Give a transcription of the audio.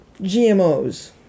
GMOs